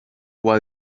while